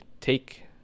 take